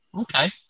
Okay